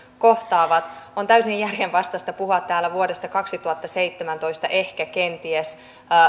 kohtaa on täysin järjenvastaista puhua täällä vuodesta kaksituhattaseitsemäntoista että ehkä kenties